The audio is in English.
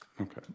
Okay